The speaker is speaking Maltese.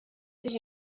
biex